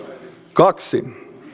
kaksi